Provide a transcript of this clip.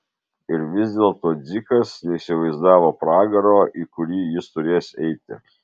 ir vis dėlto dzikas neįsivaizdavo pragaro į kurį jis turės eiti